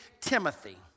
Timothy